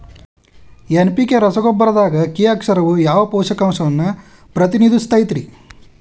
NPK ರಸಗೊಬ್ಬರದಾಗ K ಅಕ್ಷರವು ಯಾವ ಪೋಷಕಾಂಶವನ್ನ ಪ್ರತಿನಿಧಿಸುತೈತ್ರಿ?